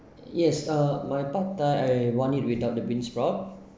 yes ah my pad thai I want it without the beansprouts